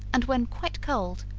and when quite cold,